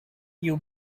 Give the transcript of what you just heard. you